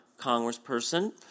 congressperson